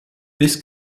this